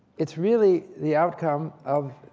it's really the outcome of,